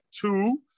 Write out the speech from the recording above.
two